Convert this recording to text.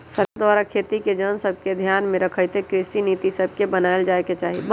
सरकार द्वारा खेती के जन सभके ध्यान में रखइते कृषि नीति सभके बनाएल जाय के चाही